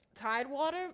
Tidewater